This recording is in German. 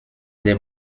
der